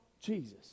Jesus